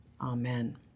Amen